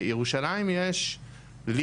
בירושלים יש לי,